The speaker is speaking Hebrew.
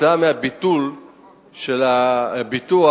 וכתוצאה מהביטול של הביטוח